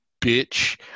bitch